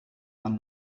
man